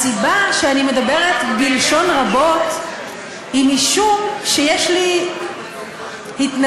הסיבה שאני מדברת בלשון רבות היא משום שיש לי התנגדות